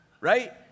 Right